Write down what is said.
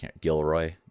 Gilroy